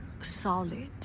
solid